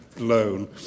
loan